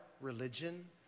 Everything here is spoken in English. religion